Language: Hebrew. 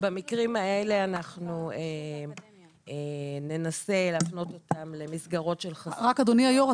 במקרים האלה אנחנו ננסה להפנות אותם למסגרות של --- רק אדוני היו"ר,